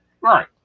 Right